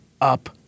up